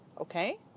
Okay